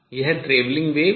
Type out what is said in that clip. और यह अप्रगामी तरंग है